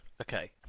Okay